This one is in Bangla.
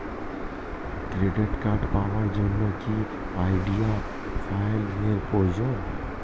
ক্রেডিট কার্ড পাওয়ার জন্য কি আই.ডি ফাইল এর প্রয়োজন?